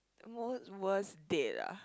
most worst date ah